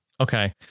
Okay